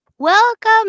Welcome